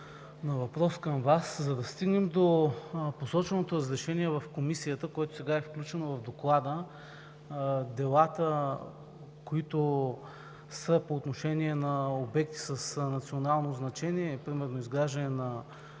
на въпрос към Вас. За да стигнем до посоченото разрешение в Комисията, което сега е включено в Доклада – делата, които са по отношение на обекти с национално значение, примерно изграждане на